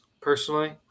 personally